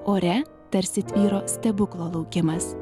ore tarsi tvyro stebuklo laukimas